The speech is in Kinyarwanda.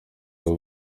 aba